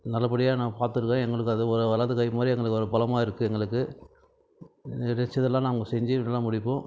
நல்லப்படியாக நான் பார்த்துருக்கேன் எங்களுக்கு அது ஒரு வலது கை மாதிரி எங்களுக்கு ஒரு பலமாக இருக்குது எங்களுக்கு நினச்சதெல்லாம் நாங்கள் செஞ்சு முடிப்போம்